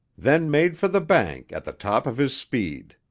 then made for the bank at the top of his speed.